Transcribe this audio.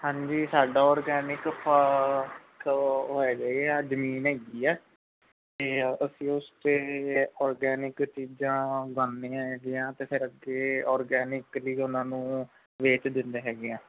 ਹਾਂਜੀ ਸਾਡਾ ਔਰਗੈਨਿਕ ਫਾ ਓ ਹੈਗੀ ਆ ਜਮੀਨ ਹੈਗੀ ਆ ਅਤੇ ਅਸੀਂ ਉਸ 'ਤੇ ਔਰਗੈਨਿਕ ਚੀਜ਼ਾਂ ਬਣਦੀਆਂ ਹੈਗੀਆਂ ਅਤੇ ਫਿਰ ਅੱਗੇ ਔਰਗੈਨਿਕ ਹੀ ਉਹਨਾਂ ਨੂੰ ਵੇਚ ਦਿੰਦੇ ਹੈਗੇ ਹਾਂ